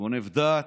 גונב דעת.